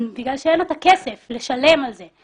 בגלל שאין לה את הכסף לשלם על שהותו במעון.